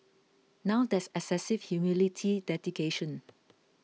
now that's excessive humility dedication